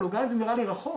גם אם זה נראה לי רחוק